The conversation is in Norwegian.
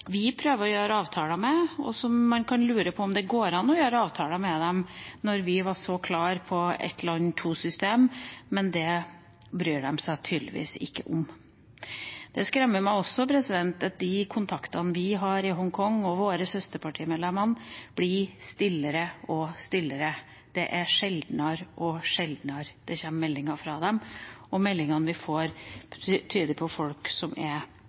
vi prøver å gjøre avtaler med, og som man kan lure på om det går an å gjøre avtaler med, når vi var så klare på «ett land, to systemer». Det bryr de seg tydeligvis ikke om. Det skremmer meg også at de kontaktene vi har i Hongkong, og våre søsterpartimedlemmer, blir mer og mer stille. Det er sjeldnere og sjeldnere det kommer meldinger fra dem, og meldingene vi får, tyder på at det er folk som er